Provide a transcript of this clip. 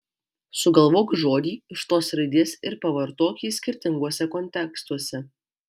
sugalvok žodį iš tos raidės ir pavartok jį skirtinguose kontekstuose